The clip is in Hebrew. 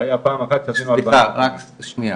זה היה פעם אחת כשעשינו --- סליחה, רק שנייה.